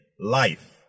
life